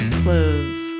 clothes